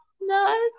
No